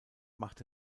machte